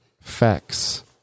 facts